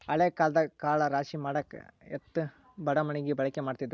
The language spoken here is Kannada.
ಹಳೆ ಕಾಲದಾಗ ಕಾಳ ರಾಶಿಮಾಡಾಕ ಎತ್ತು ಬಡಮಣಗಿ ಬಳಕೆ ಮಾಡತಿದ್ರ